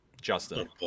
Justin